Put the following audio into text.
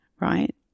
right